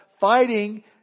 fighting